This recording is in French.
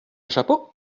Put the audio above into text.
chapeau